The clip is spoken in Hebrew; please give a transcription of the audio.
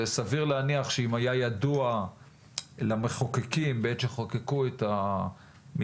וסביר להניח שלו היה ידוע למחוקקים בעת שחוקקו את המתווה,